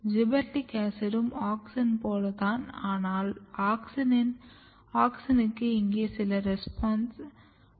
gibberellic ஆசிட்டும் auxin போல தான் ஆனால் ஆக்ஸினுக்கு இங்கு சில ரெஸ்பான்ஸ் உண்டு